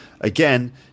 again